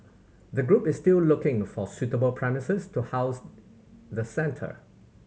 the group is still looking for suitable premises to house the centre